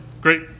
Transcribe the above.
Great